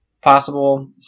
possible